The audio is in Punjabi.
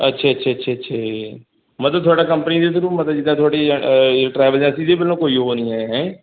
ਅੱਛਾ ਅੱਛੇ ਅੱਛੇ ਅੱਛੇ ਅੱਛੇ ਮਤਲਬ ਤੁਹਾਡਾ ਕੰਪਨੀ ਦੇ ਥਰੂ ਮਤਲਬ ਜਿੱਦਾਂ ਤੁਹਾਡੀ ਟਰੈਵਲ ਏਜੰਸੀ ਦੇ ਵੱਲੋਂ ਕੋਈ ਉਹ ਨਹੀਂ ਹੈ ਹੈ